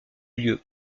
lieu